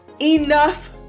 enough